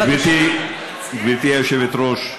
גברתי היושבת-ראש,